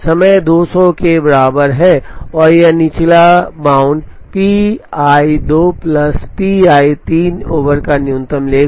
समय 200 के बराबर है और यह निचला bound P i 2 plus P i 3 over का न्यूनतम लेगा